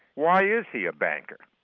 why is he a banker?